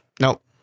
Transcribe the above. Nope